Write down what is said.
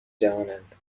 جهانند